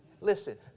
Listen